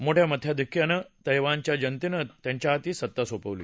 मोठ्या मताधिक्यानं तैवानच्या जनतेनं त्यांच्या हाती सत्ता सोपवली